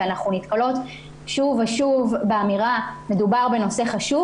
ואנחנו נתקלות שוב ושוב באמירה שמדובר בנושא חשוב,